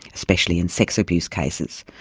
especially in sex abuse cases,